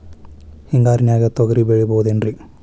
ಹಿಂಗಾರಿನ್ಯಾಗ ತೊಗ್ರಿ ಬೆಳಿಬೊದೇನ್ರೇ?